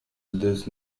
this